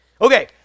Okay